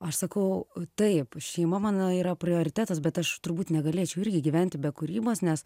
aš sakau taip šeima mano yra prioritetas bet aš turbūt negalėčiau gyventi be kūrybos nes